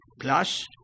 plus